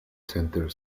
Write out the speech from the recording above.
center